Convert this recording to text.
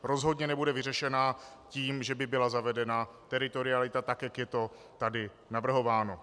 Rozhodně nebude vyřešena tím, že by byla zavedena teritorialita, jak je tady navrhováno.